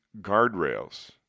guardrails